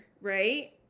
right